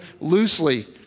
loosely